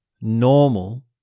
normal